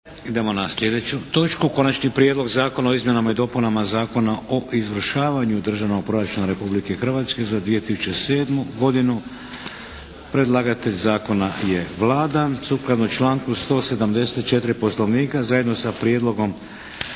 Idemo na sljedeću točku. - Konačni prijedlog Zakona o izmjenama i dopunama Zakona o izvršavanju Državnog proračuna Republike Hrvatske za 2007. godinu Predlagatelj zakona je Vlada. Sukladno članku 174. Poslovnika zajedno sa prijedlogom